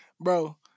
Bro